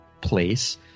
place